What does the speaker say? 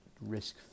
risk